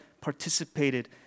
participated